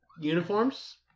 uniforms